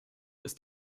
ist